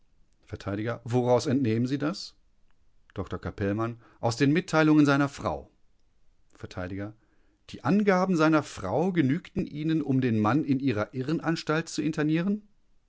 vert woraus entnehmen sie das dr capellmann aus den milteilungen seiner frau vert die angaben seiner frau genügten ihnen um den mann in ihrer irrenanstalt zu internieren